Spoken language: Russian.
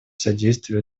содействии